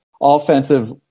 offensive